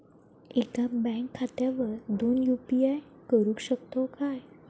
एका बँक खात्यावर दोन यू.पी.आय करुक शकतय काय?